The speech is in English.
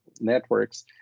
networks